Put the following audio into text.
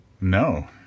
No